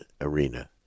arena